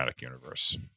Universe